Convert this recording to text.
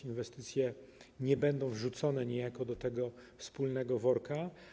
Inwestycje nie będą wrzucone niejako do tego wspólnego worka.